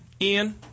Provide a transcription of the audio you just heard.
Ian